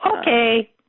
Okay